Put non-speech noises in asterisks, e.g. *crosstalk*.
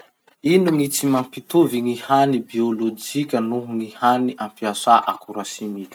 *noise* Ino gny tsy mampitovy gny hany biolojika noho gny hany ampiasa akora simika?